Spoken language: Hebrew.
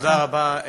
תודה רבה.